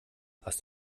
hast